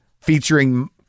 featuring